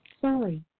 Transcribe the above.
Sorry